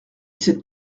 cette